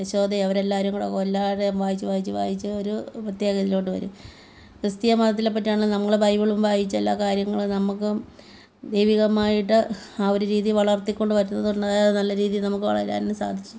യശോദയും അവരെല്ലാവരും കൂടെ എല്ലാവരെയും വായിച്ച് വായിച്ച് വായിച്ച് ഒരു പ്രത്യേക ഇതിലോട്ട് വരും ക്രിസ്തീയ മതത്തിലെപ്പറ്റിയാണെങ്കിലും നമ്മൾ ബൈബിളും വായിച്ച് എല്ലാകാര്യങ്ങളും നമുക്കും ദൈവീകമായിട്ട് ആ ഒരു രീതി വളർത്തി കൊണ്ട് വരുന്നതുണ്ടായ നല്ല രീതി നമുക്ക് വളരാനും സാധിച്ച്